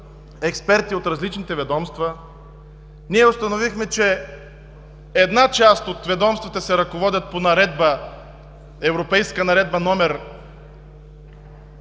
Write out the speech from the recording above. експерти от различните ведомства ние установихме, че една част от ведомствата се ръководят по Европейска наредба №